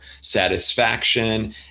satisfaction